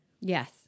Yes